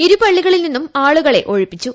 ഇരുപള്ളികളിൽ നിന്നും ആളുകളെ ഒഴിപ്പിച്ചു